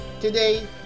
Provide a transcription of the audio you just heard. Today